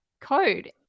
code